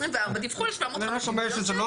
לא כנסת 23. בכנסת 24 דיווחו על 750 מיליון שקל.